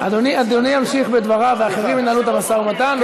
אדוני ימשיך בדבריו ואחרים ינהלו את המשא-ומתן,